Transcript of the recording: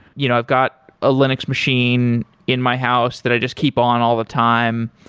you know i've got a linux machine in my house that i just keep on all the time.